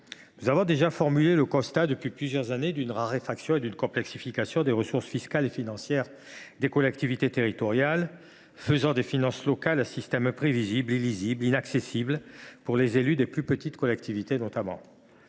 bien au delà. Nous faisons depuis plusieurs années le constat d’une raréfaction et d’une complexification des ressources fiscales et financières des collectivités territoriales, faisant des finances locales un système imprévisible, illisible et inaccessible, notamment pour les élus des plus petites collectivités.